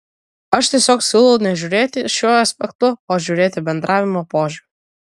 aš tiesiog siūlau nežiūrėti šiuo aspektu o žiūrėti bendravimo požiūriu